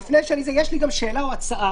יש עוד סנקציה